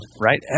right